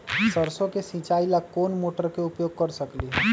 सरसों के सिचाई ला कोंन मोटर के उपयोग कर सकली ह?